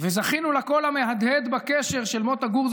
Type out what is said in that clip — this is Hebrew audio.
וזכינו לקול המהדהד בקשר של מוטה גור,